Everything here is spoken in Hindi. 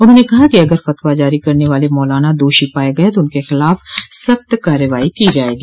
उन्होंने कहा कि अगर फतवा जारी करने वाले मौलाना दोशी पाये गये तो उनके खिलाफ सख्त कार्रवाई की जायेगी